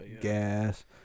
Gas